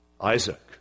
Isaac